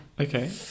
Okay